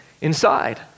inside